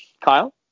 Kyle